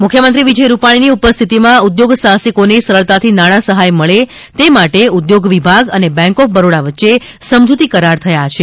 એમ મુખ્યમંત્રી વિજય રૂપાણી ઉપસ્થિતીમાં ઉધોગસાહસિકોને સરળતાથી નાણાં સહાય મળે તે માટે ઉધોગ વિભાગ અને બેંક ઓફ બરોડા વચ્ચે સમજૂતી કરાર થયાં છે